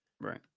Right